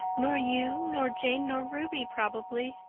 nor you nor jane nor ruby probably.